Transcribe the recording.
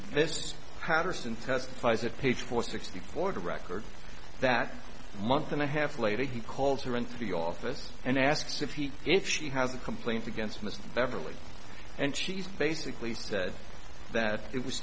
this patterson testifies it pays for sixty four to record that month and a half later he calls her into the office and asks if he if she has a complaint against mr beverly and she's basically said that it was